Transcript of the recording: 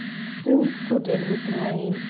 still sodden with rain,